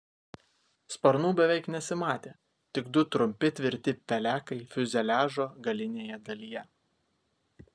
sparnų beveik nesimatė tik du trumpi tvirti pelekai fiuzeliažo galinėje dalyje